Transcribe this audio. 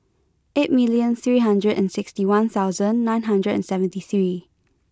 eight million three hundred and sixty one thousand nine hundred and seventy three